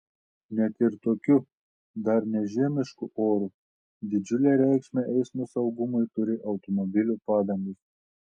net ir tokiu dar ne žiemišku oru didžiulę reikšmę eismo saugumui turi automobilių padangos